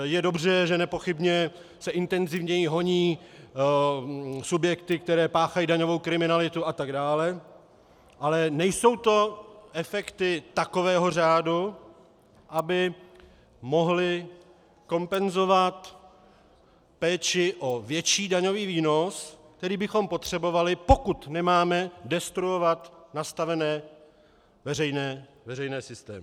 Je dobře, že nepochybně se intenzivněji honí subjekty, které páchají daňovou kriminalitu atd., ale nejsou to efekty takového řádu, aby mohly kompenzovat péči o větší daňový výnos, který bychom potřebovali, pokud nemáme destruovat nastavené veřejné systémy.